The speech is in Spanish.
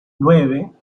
nueve